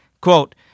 Quote